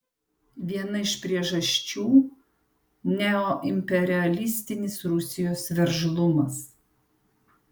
viena iš priežasčių neoimperialistinis rusijos veržlumas